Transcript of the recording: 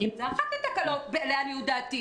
זו אחת התקלות, לעניות דעתי.